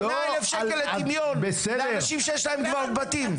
זה 100,000 שקל לטמיון לאנשים שיש להם כבר בתים.